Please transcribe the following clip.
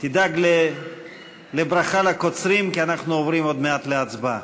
תדאג לברכה לקוצרים כי אנחנו עוברים עוד מעט להצבעה.